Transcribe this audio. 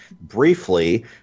briefly